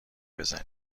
بزنی